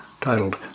titled